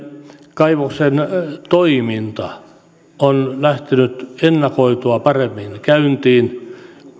kaivoksen toiminta on lähtenyt ennakoitua paremmin käyntiin